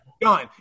Done